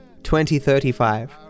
2035